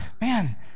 man